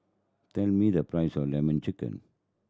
tell me the price of Lemon Chicken